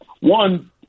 one